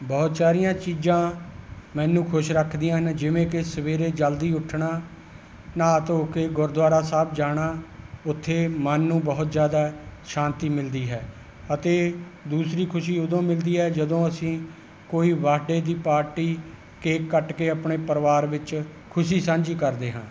ਬਹੁਤ ਸਾਰੀਆਂ ਚੀਜ਼ਾਂ ਮੈਨੂੰ ਖੁਸ਼ ਰੱਖਦੀਆਂ ਹਨ ਜਿਵੇਂ ਕਿ ਸਵੇਰੇ ਜਲਦੀ ਉੱਠਣਾ ਨਹਾ ਧੋ ਕੇ ਗੁਰਦੁਆਰਾ ਸਾਹਿਬ ਜਾਣਾ ਉੱਥੇ ਮਨ ਨੂੰ ਬਹੁਤ ਜ਼ਿਆਦਾ ਸ਼ਾਂਤੀ ਮਿਲਦੀ ਹੈ ਅਤੇ ਦੂਸਰੀ ਖੁਸ਼ੀ ਉਦੋਂ ਮਿਲਦੀ ਹੈ ਜਦੋਂ ਅਸੀਂ ਕੋਈ ਬਰਥਡੇ ਦੀ ਪਾਰਟੀ ਕੇਕ ਕੱਟ ਕੇ ਆਪਣੇ ਪਰਿਵਾਰ ਵਿੱਚ ਖੁਸ਼ੀ ਸਾਂਝੀ ਕਰਦੇ ਹਾਂ